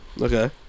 Okay